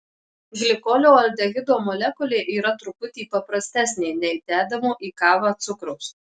glikolio aldehido molekulė yra truputį paprastesnė nei dedamo į kavą cukraus